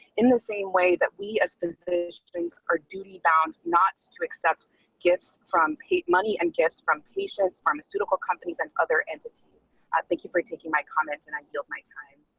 in the same way that we as physicians are duty bound not to accept gifts from paid money and gifts from patients pharmaceutical companies and other entities, i thank you for taking my comments and i built my time.